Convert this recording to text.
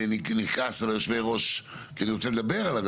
נתת לה עצמאות, עכשיו יהיה פה ברדק.